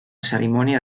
cerimònia